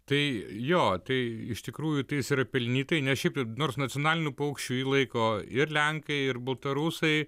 tai jo tai iš tikrųjų tai jis yra pelnytai nes šiaip nors nacionaliniu paukščiu jį laiko ir lenkai ir baltarusai